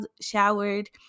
showered